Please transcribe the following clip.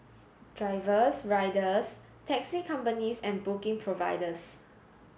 drivers riders taxi companies and booking providers